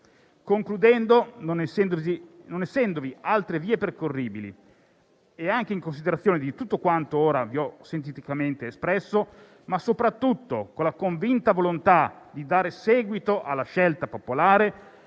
Concludendo, non essendovi altre vie percorribili e anche in considerazione di quanto ora sinteticamente espresso, ma soprattutto con la convinta volontà di dare seguito alla scelta popolare,